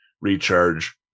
recharge